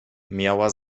miała